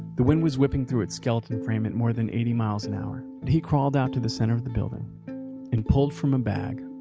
the wind was whipping through its skeleton frame at more than eighty miles an hour. but he crawled out to the center of the building and pulled from a bag,